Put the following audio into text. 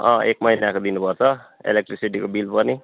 अँ एक महिनाको दिनुभयो त इलेक्ट्रिसिटीको बिल पनि